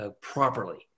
properly